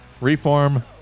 reform